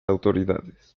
autoridades